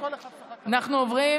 אנחנו עוברים